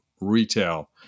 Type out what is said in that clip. retail